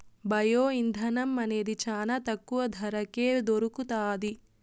bio ఇంధనం అనేది చానా తక్కువ ధరకే దొరుకుతాది